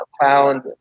found